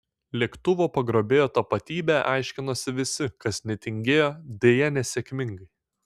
lėktuvo pagrobėjo tapatybę aiškinosi visi kas netingėjo deja nesėkmingai